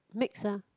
mix ah